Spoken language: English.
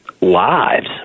lives